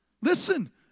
Listen